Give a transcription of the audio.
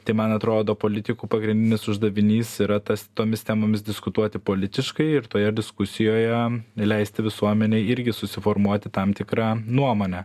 tai man atrodo politikų pagrindinis uždavinys yra tas tomis temomis diskutuoti politiškai ir toje diskusijoje leisti visuomenei irgi susiformuoti tam tikrą nuomonę